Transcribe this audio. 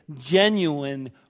genuine